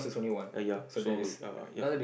uh ya so uh ya